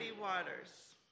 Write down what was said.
waters